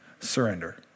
surrender